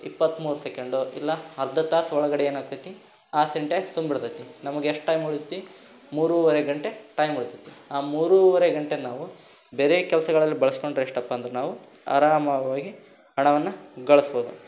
ಇಪ್ಪತ್ಮೂರು ಸೆಕೆಂಡೊ ಇಲ್ಲ ಅರ್ಧ ತಾಸು ಒಳಗಡೆ ಏನು ಆಗ್ತೈತೆ ಆ ಸಿಂಟೆಕ್ಸ್ ತುಂಬಿ ಬಿಡ್ತೈತೆ ನಮಗೆ ಎಷ್ಟು ಟೈಮ್ ಉಳಿತೈತಿ ಮೂರೂವರೆ ಗಂಟೆ ಟೈಮ್ ಉಳಿತೈತಿ ಆ ಮೂರೂವರೆ ಗಂಟೆ ನಾವು ಬೇರೆ ಕೆಲ್ಸಗಳಲ್ಲಿ ಬಳಸ್ಕೊಂಡ್ರೆ ಎಷ್ಟಪ್ಪ ಅಂದ್ರೆ ನಾವು ಆರಾಮವಾಗಿ ಹಣವನ್ನು ಗಳಿಸ್ಬೋದು